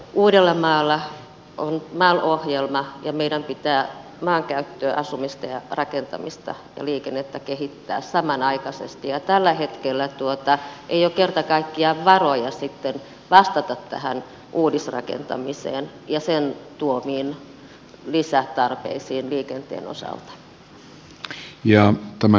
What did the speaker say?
uuden uudellamaalla on mal ohjelma ja meidän pitää maankäyttöä asumista ja rakentamista ja liikennettä kehittää samanaikaisesti ja tällä hetkellä ei ole kerta kaikkiaan varoja vastata tähän uudisrakentamiseen ja sen tuomiin lisätarpeisiin liikenteen osalta